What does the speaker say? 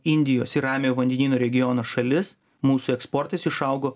indijos ir ramiojo vandenyno regiono šalis mūsų eksportas išaugo